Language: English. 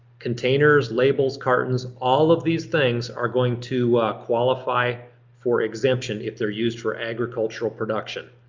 containers, labels, cartons. all of these things are going to qualify for exemption if they're used for agricultural production.